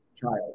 child